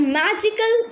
magical